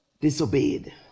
disobeyed